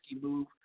move